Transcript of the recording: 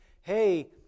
hey